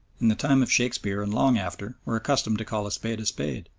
in the time of shakespeare and long after, were accustomed to call a spade a spade,